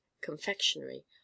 confectionery